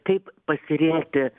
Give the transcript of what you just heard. kaip pasirinkti